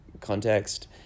context